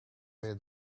way